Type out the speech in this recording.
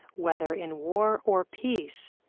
whether in war or peace,